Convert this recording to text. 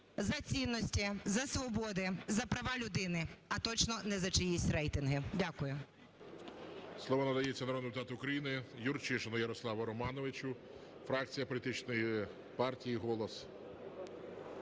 за цінності, за свободи, за права людини, а точно не за чиїсь рейтинги. Дякую.